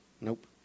Nope